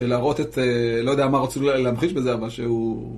ולהראות את, לא יודע מה רצו להמחיש בזה, אבל שהוא...